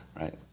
right